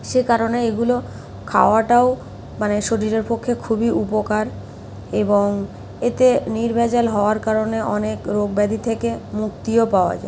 সে কারণে এগুলো খাওয়াটাও মানে শরীরের পক্ষে খুবই উপকার এবং এতে নির্ভেজাল হওয়ার কারণে অনেক রোগ ব্যাধি থেকে মুক্তিও পাওয়া যায়